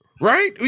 Right